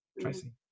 Tracy